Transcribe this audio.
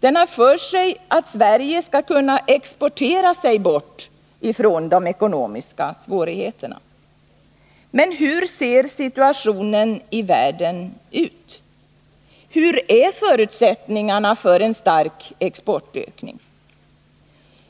Den har för sig att Sverige skall kunna exportera sig bort från de ekonomiska svårigheterna. Men hur ser situationen i världen ut? Hur är förutsättningarna för en stark exportökning?